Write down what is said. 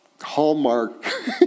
hallmark